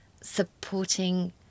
supporting